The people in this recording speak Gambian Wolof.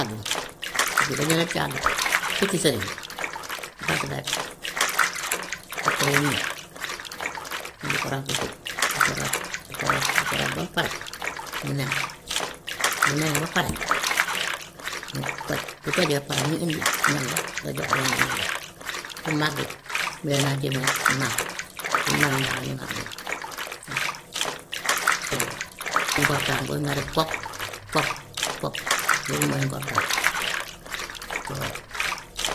Picc yi dañoo nekk ci àll bi, piccu sëriñ bant rek, ci kaw nii mun na ko ràbb foofu da koo ràbb, da koo ràbb, da koo ràbb ba mu pare mu nen, mu nen ba pare mu toj, bu tojee ba pare muy indi ñam wa nga jox doom yi ñuy lekk, bu màggee mu lay naa jéem a naaw, bu ñu mënee naaw ñu naaw dem waa. Ngortaan booy nga def kok kok kok loolu mooy ngortaan ci wolof.